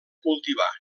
cultivar